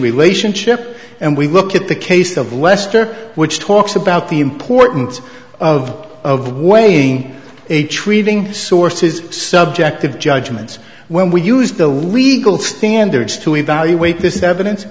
relationship and we look at the case of lester which talks about the importance of weighing a treating source is subjective judgements when we use the legal standards to evaluate this evidence